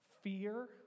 fear